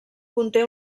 conté